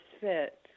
fit